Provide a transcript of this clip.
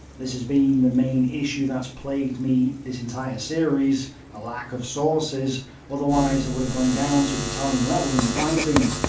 this has been the main issue that's plagued me this entire series a lack of sources otherwise i would have gone down to battalion level in the fighting.